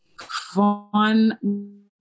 fun